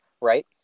Right